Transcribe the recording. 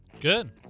Good